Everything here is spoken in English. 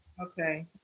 Okay